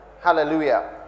Hallelujah